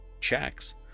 checks